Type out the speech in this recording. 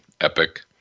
epic